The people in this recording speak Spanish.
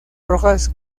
rojas